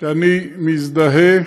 שאני מזדהה